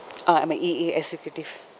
uh I'm a A_A executive